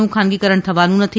નું ખાનગીકરણ થવાનું નથી